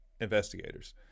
investigators